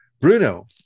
Bruno